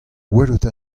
welet